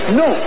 no